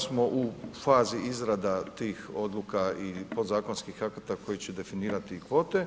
Točno je da smo u fazi izrada tih odluka i podzakonskih akata koji će definirati kvote